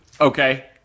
Okay